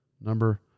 number